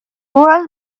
wars